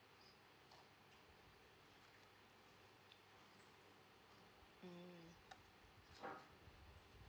mm